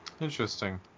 Interesting